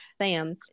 sam